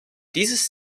dieses